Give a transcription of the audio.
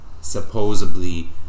supposedly